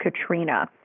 Katrina